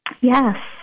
Yes